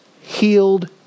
healed